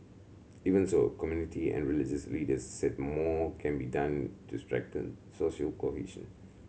even so community and religious leaders said more can be done to strengthen social cohesion